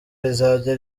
rizajya